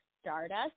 Stardust